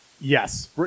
yes